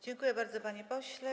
Dziękuję bardzo, panie pośle.